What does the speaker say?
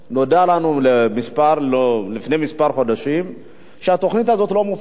נודע לנו לפני כמה חודשים שהתוכנית הזאת לא מופעלת.